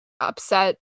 Upset